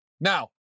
Now